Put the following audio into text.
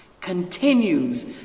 continues